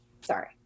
Sorry